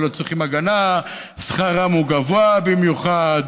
לא צריכים הגנה וששכרם גבוה במיוחד.